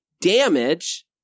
damage